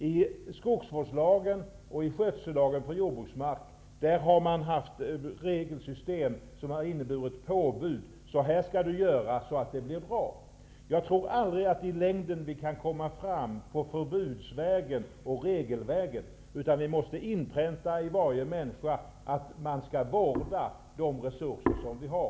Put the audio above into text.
I skogsvårdslagen och skötsellagen för jordbruksmark har man haft ett regelsystem som inneburit påbud: Så här skall du göra för att det skall bli bra. Jag tror aldrig att vi i längden kan komma fram på förbudsvägen och regelvägen, utan vi måste inpränta i varje människa att man skall vårda de resurser som vi har.